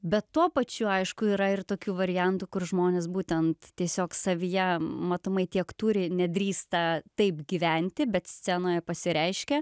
bet tuo pačiu aišku yra ir tokių variantų kur žmonės būtent tiesiog savyje matomai tiek turi nedrįsta taip gyventi bet scenoje pasireiškia